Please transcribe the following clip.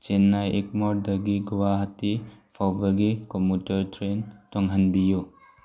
ꯆꯦꯟꯅꯥꯏ ꯑꯦꯛꯃꯣꯔꯗꯒꯤ ꯒꯨꯋꯥꯍꯥꯇꯤ ꯐꯥꯎꯕꯒꯤ ꯀꯣꯃꯨꯇꯔ ꯇ꯭ꯔꯦꯟ ꯇꯣꯡꯍꯟꯕꯤꯌꯨ